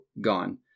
gone